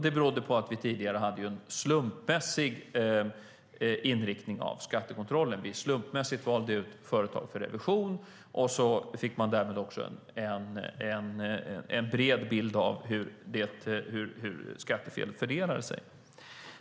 Det berodde på att vi tidigare hade en slumpmässig inriktning av skattekontrollen. Vi valde slumpmässigt ut företag för revision, och så fick man därigenom en bred bild av hur skattefelet fördelade sig.